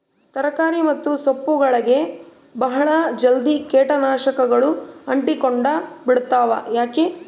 ತರಕಾರಿ ಮತ್ತು ಸೊಪ್ಪುಗಳಗೆ ಬಹಳ ಜಲ್ದಿ ಕೇಟ ನಾಶಕಗಳು ಅಂಟಿಕೊಂಡ ಬಿಡ್ತವಾ ಯಾಕೆ?